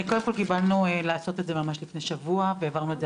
קודם כל קיבלנו לעשות את זה ממש לפני שבוע והעברנו את זה